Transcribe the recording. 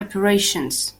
operations